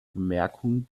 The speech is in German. bemerkung